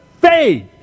faith